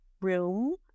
room